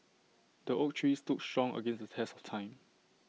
the oak tree stood strong against the test of time